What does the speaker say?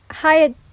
Hi